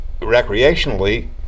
recreationally